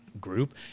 group